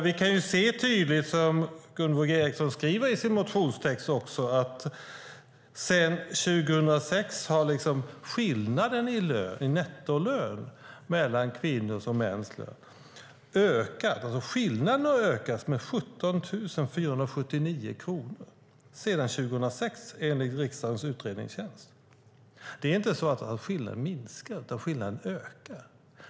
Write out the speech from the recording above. Vi kan tydligt se - vilket också Gunvor G Ericson skriver i sin motionstext - att sedan 2006 har skillnaden i kvinnors och mäns nettolön ökat med 17 479 kronor sedan 2006 enligt riksdagens utredningstjänst. Skillnaden minskar alltså inte, utan den ökar.